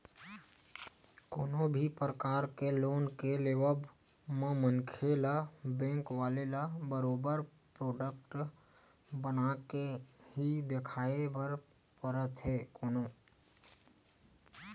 कोनो भी परकार के लोन के लेवब म मनखे ल बेंक वाले ल बरोबर प्रोजक्ट बनाके ही देखाये बर परथे कोनो